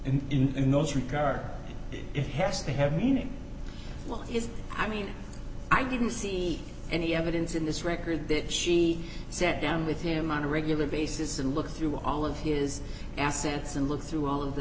and in those regards it has to have meaning is i mean i didn't see any evidence in this record that she sat down with him on a regular basis and look through all of his assets and look through all of the